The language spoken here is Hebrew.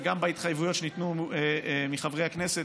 וגם בהתחייבויות שניתנו מחברי הכנסת,